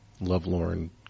Lovelorn